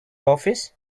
office